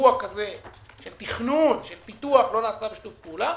שאירוע כזה של תכנון ופיתוח לא נעשה בשיתוף פעולה.